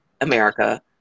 America